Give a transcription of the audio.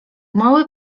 mały